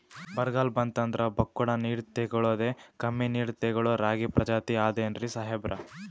ಬರ್ಗಾಲ್ ಬಂತಂದ್ರ ಬಕ್ಕುಳ ನೀರ್ ತೆಗಳೋದೆ, ಕಮ್ಮಿ ನೀರ್ ತೆಗಳೋ ರಾಗಿ ಪ್ರಜಾತಿ ಆದ್ ಏನ್ರಿ ಸಾಹೇಬ್ರ?